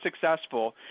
successful